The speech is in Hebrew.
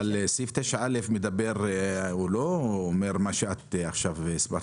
אבל סעיף 9(א) לא אומר מה שאת אומרת עכשיו.